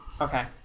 Okay